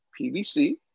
PVC